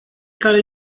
care